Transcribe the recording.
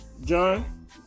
John